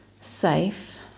safe